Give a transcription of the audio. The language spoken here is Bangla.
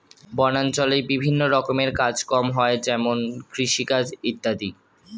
বনাঞ্চলে বিভিন্ন রকমের কাজ কম হয় যেমন কৃষিকাজ ইত্যাদি